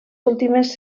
últimes